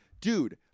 Dude